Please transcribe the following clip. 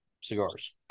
cigars